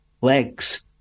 legs